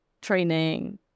training